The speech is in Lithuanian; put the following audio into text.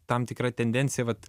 tam tikra tendencija vat